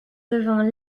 devint